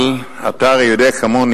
אבל אתה הרי יודע כמוני,